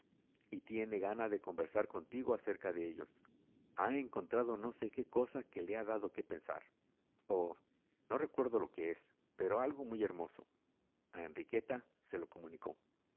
y tiene gana de conversar contigo acerca de ellos ha encontrado no sé qué cosa que le ha dado que pensar oh no recuerdo lo que es pero algo muy hermoso a enriqueta se lo comunicó